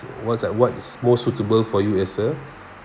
what's like what's most suitable for you as a